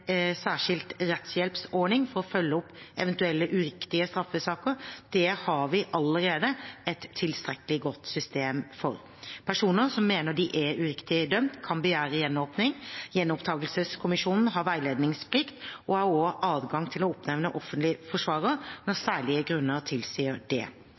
særskilt rettshjelpsordning for å følge opp eventuelle uriktige straffesaker. Det har vi allerede et tilstrekkelig godt system for. Personer som mener de er uriktig dømt, kan begjære gjenåpning. Gjenopptakelseskommisjonen har veiledningsplikt og har også adgang til å oppnevne offentlig forsvarer når særlige grunner tilsier det.